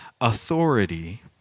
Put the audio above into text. authority